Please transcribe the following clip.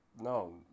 No